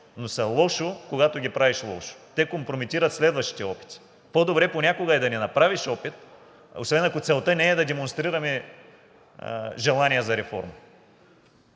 но са лошо, когато ги правиш лошо. Те компрометират следващите опити. По-добре понякога е да не направиш опит, освен ако целта не е да демонстрираме желание за реформи.